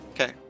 Okay